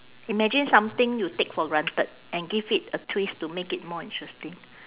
imagine something you take for granted and give it a twist to make it more interesting